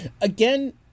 again